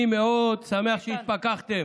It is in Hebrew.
אני מאוד שמח שהתפקחתם".